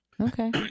Okay